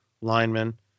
linemen